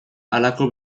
halako